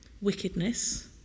Wickedness